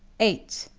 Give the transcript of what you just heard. eight.